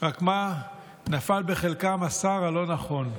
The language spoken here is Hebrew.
רק מה, נפל בחלקם השר הלא-נכון.